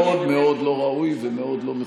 הם לא היו במשרד.